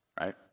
right